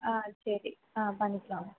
சரி ஆ பண்ணிக்கலாம்